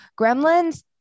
Gremlins